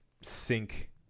sync